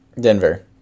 Denver